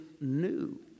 new